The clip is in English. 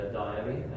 diary